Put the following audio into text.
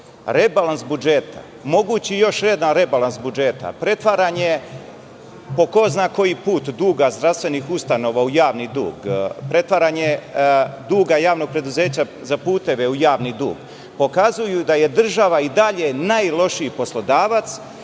rebalans budžeta, mogući još jedan rebalans budžeta, pretvaranje po ko zna koji put duga zdravstvenih ustanova u javni dug, pretvaranje javnog duga preduzeća za puteve u javni dug pokazuju da je država i dalje jedan od najlošijih poslodavaca